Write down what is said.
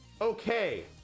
Okay